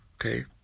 Okay